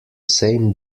same